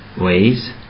ways